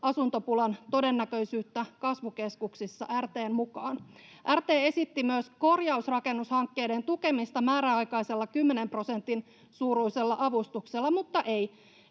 asuntojen pulan todennäköisyyttä kasvukeskuksissa RT:n mukaan. RT esitti myös korjausrakennushankkeiden tukemista määräaikaisella kymmenen prosentin suuruisella avustuksella — mutta ei.